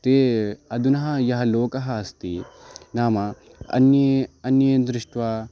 ते अधुना यः लोकः अस्ति नाम अन्यान् अन्यान् दृष्ट्वा